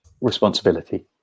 responsibility